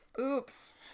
Oops